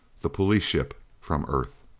the police ship from earth.